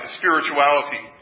spirituality